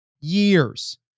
years